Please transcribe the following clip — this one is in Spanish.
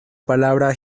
palabra